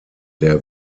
der